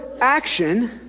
action